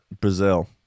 Brazil